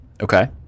okay